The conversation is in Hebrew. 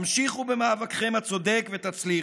המשיכו במאבקכם הצודק ותצליחו.